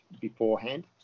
beforehand